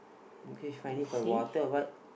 finding for the water or what